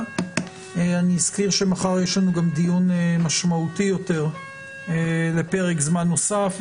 אני אזכיר שמחר יש לנו גם דיון משמעותי יותר לפרק זמן נוסף,